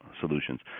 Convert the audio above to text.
solutions